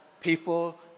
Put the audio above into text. people